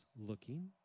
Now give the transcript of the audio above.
looking